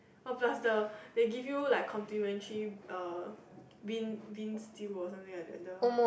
oh plus the they give you like complimentary uh bean bean stew or something like the